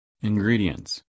ingredients